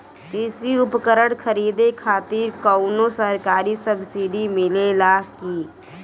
कृषी उपकरण खरीदे खातिर कउनो सरकारी सब्सीडी मिलेला की?